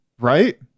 Right